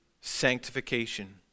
sanctification